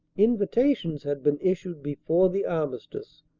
invitations had been issued before the armistice,